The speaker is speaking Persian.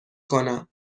کنم